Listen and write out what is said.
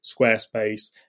Squarespace